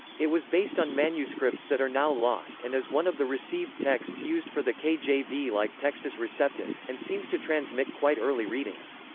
it was based on manuscripts that are now lost and is one of the received texts used for the kjv like textus receptus, and seems to transmit quite early readings.